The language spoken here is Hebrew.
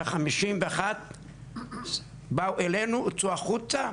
ב-51 באו אלינו, צאו החוצה,